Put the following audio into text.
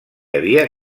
havia